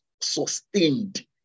sustained